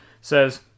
says